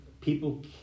People